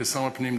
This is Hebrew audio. כשר הפנים,